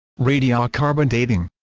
radiocarbon dating